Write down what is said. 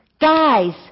Guys